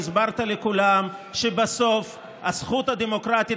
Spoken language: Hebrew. והסברת לכולם שבסוף הזכות הדמוקרטית